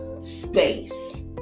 space